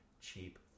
Cheap